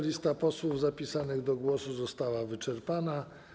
Lista posłów zapisanych do głosu została wyczerpana.